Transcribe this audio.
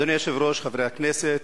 אדוני היושב-ראש, חברי הכנסת,